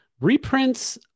Reprints